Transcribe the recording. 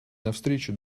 навстречу